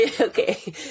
okay